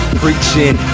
preaching